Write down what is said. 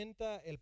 el